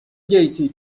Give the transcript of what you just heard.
گیتی